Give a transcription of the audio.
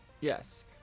Yes